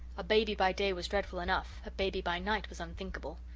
a baby by day was dreadful enough a baby by night was unthinkable.